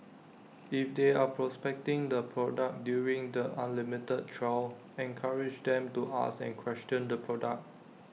if they are prospecting the product during the unlimited trial encourage them to ask and question the product